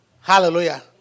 Hallelujah